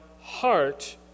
heart